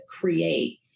create